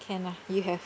can lah you have